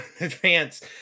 advance